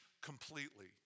completely